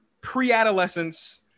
pre-adolescence